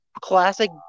classic